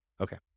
Okay